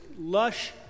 lush